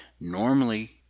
Normally